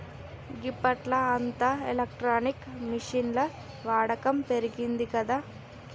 గిప్పట్ల అంతా ఎలక్ట్రానిక్ మిషిన్ల వాడకం పెరిగిందిగదా